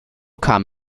kam